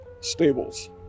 stables